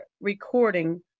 recording